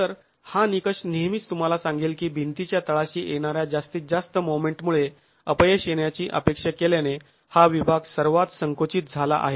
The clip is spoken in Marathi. तर हा निकष नेहमीच तुम्हाला सांगेल की भिंतीच्या तळाशी येणाऱ्या जास्तीत जास्त मोमेंट मुळे अपयश येण्याची अपेक्षा केल्याने हा विभाग सर्वात संकुचित झाला आहे